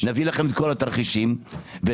נביא לכם את כל התרחישים ול-24'